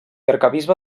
arquebisbe